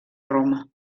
roma